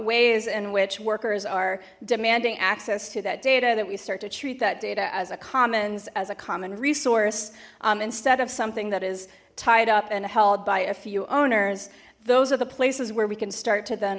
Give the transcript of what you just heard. ways in which workers are demanding access to that data that we start to treat that data as a commons as a common resource instead of something that is tied up and held by a few owners those are the places where we can start to then